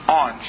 on